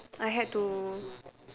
I had to